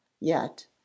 Yet